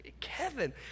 Kevin